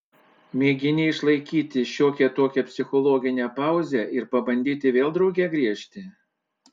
mėgini išlaikyti šiokią tokią psichologinę pauzę ir pabandyti vėl drauge griežti